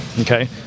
Okay